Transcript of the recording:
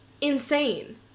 Insane